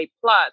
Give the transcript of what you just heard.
plus